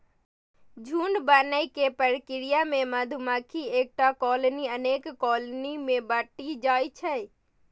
झुंड बनै के प्रक्रिया मे मधुमाछीक एकटा कॉलनी अनेक कॉलनी मे बंटि जाइ छै